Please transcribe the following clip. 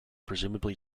presumably